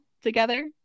together